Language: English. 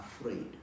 afraid